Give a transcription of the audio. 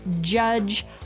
Judge